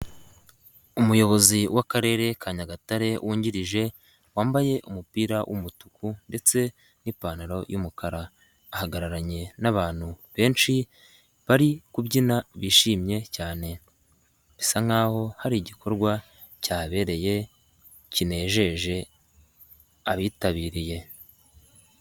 Umuyobozi w'Akarere ka Nyagatare wungirije, wambaye umupira w'umutuku ndetse n'ipantaro y'umukara, ahagararanye n'abantu benshi bari kubyina bishimye cyane, bisa nk'aho hari igikorwa cyabereye kinejeje abitabiriye.